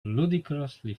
ludicrously